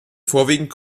vorwiegend